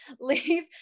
leave